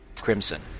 crimson